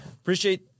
appreciate